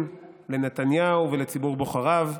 לנתניהו ולציבור בוחריו.